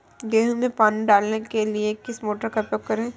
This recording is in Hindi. गेहूँ में पानी डालने के लिए किस मोटर का उपयोग करें?